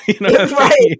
right